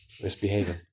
Misbehaving